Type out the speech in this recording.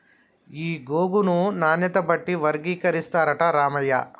ఈ గోగును నాణ్యత బట్టి వర్గీకరిస్తారట రామయ్య